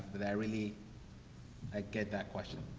that i really i get that question.